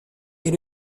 est